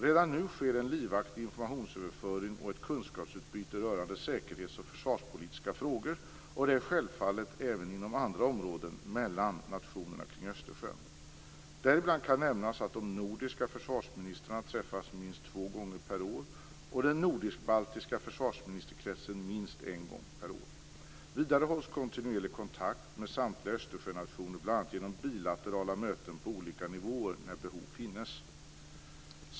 Redan nu sker en livaktig informationsöverföring och ett kunskapsutbyte rörande säkerhets och försvarspolitiska frågor, och självfallet även inom andra områden, mellan nationerna kring Östersjön. Bl.a. kan nämnas att de nordiska försvarsministrarna träffas minst två gånger per år, och den nordisk-baltiska försvarsministerkretsen möts minst en gång per år. Vidare hålls kontinuerlig kontakt med samtliga Östersjönationer bl.a. genom bilaterala möten på olika nivåer när behov finns.